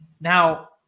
Now